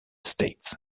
states